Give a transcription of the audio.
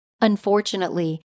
Unfortunately